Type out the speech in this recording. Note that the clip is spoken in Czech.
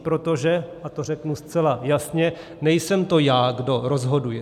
Protože, a to řeknu zcela jasně, nejsem to já, kdo rozhoduje.